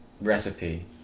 recipe